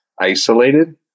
isolated